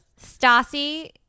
Stassi